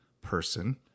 person